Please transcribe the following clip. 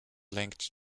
linked